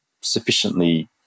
sufficiently